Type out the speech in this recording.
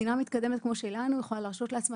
מדינה מתקדמת כמו שלנו יכולה להרשות לעצמה